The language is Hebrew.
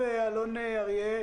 התנועה,